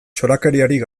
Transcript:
txorakeriarik